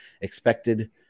expected